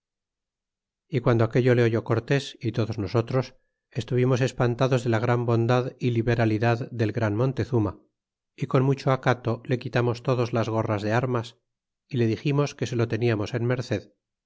y piando aquello le oyó cortés y todos nosotros estuvimos espantados de la gran bondad y liberalidad del gran montezuma y con mucho acato le quitamos todos las gorras de armas y le diximos que se lo teniamos en merced